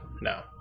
no